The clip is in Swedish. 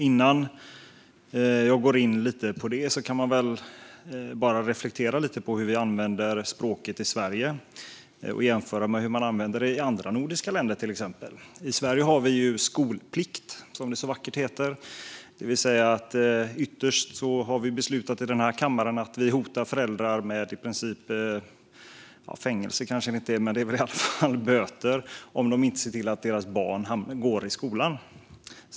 Innan jag går in på det vill jag reflektera lite över hur vi använder språket i Sverige och jämföra med hur det används i till exempel andra nordiska länder. I Sverige har vi skolplikt, som det så vackert heter. I den här kammaren har det alltså beslutats att föräldrar i princip ska hotas med kanske inte fängelse men i alla fall böter om de inte ser till att deras barn går i skolan.